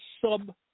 sub